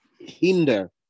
hinder